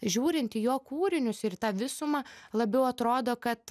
žiūrint į jo kūrinius ir į tą visumą labiau atrodo kad